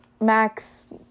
Max